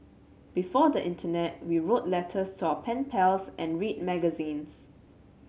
before the internet we wrote letters to our pen pals and read magazines